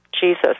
Jesus